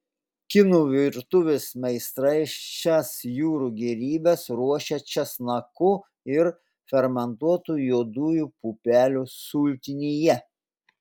kinų virtuvės meistrai šias jūrų gėrybes ruošia česnakų ir fermentuotų juodųjų pupelių sultinyje